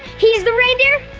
he's the reindeer,